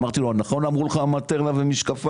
אמרתי לו נכון אמרו לך מטרנה ומשקפיים?